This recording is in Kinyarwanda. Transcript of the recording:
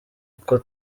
uko